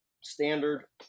standard